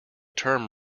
term